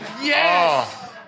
yes